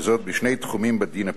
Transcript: וזאת בשני תחומים בדין הפלילי: